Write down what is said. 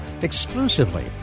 exclusively